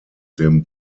dem